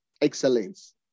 excellence